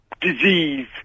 disease